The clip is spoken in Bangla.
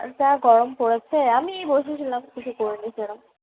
যা গরম পড়েছে আমি বসে ছিলাম কিছু করিনি সেরম